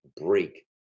break